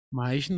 mas